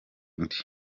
undi